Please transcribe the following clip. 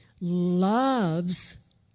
loves